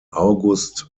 august